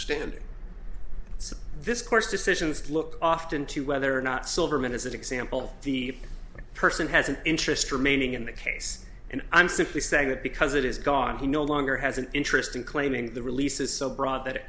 so this course decisions look often to whether or not silverman is an example the person has an interest remaining in the case and i'm simply saying that because it is gone he no longer has an interest in claiming the release is so broad that it